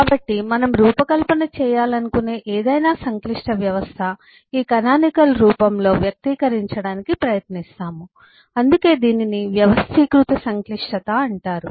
కాబట్టి మనం రూపకల్పన చేయాలనుకునే ఏదైనా సంక్లిష్ట వ్యవస్థ ఈ కానానికల్ రూపంలో వ్యక్తీకరించడానికి ప్రయత్నిస్తాము మరియు అందుకే దీనిని వ్యవస్థీకృత సంక్లిష్టత అంటారు